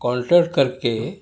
contact کر کے